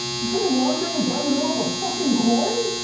just kind of wandering down the middle of a fucking quarry?